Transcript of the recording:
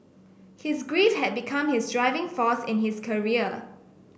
his grief had become his driving force in his career